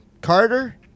Carter